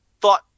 thought